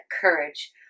courage